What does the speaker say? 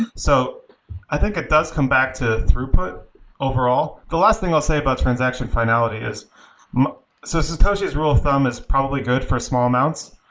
and so i think it does come back to throughput overall. the last thing i'll say about transaction finality is so satoshi's rule of thumb is probably good for small amounts.